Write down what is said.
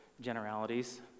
generalities